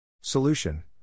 Solution